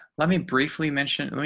let me briefly mentioned. i mean